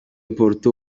porto